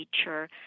teacher